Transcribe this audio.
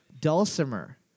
Dulcimer